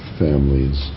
families